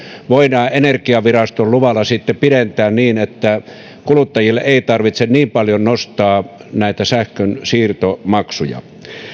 voidaan energiaviraston luvalla pidentää niin että kuluttajille ei tarvitse niin paljon nostaa näitä sähkönsiirtomaksuja